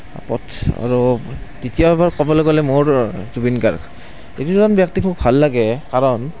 আৰু এতিয়াৰ পৰা ক'বলৈ গ'লে মোৰ জুবিন গাৰ্গ এইকেইজন ব্যক্তিক মোৰ ভাল লাগে কাৰণ